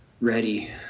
ready